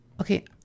Okay